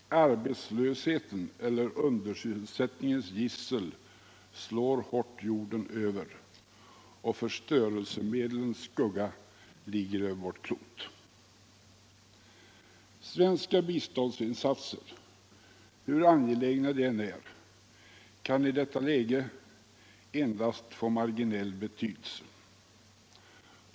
Arbetslöshetens eller undersysselsättningens gissel slår hårt jorden över. Och förstörelsemedlens skugga ligger över vårt klot. Svenska biståndsinsatser, hur angelägna de än är, kan i detta läge endast få marginell betydelse.